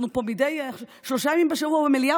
אנחנו פה שלושה ימים בשבוע במליאה,